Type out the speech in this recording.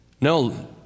No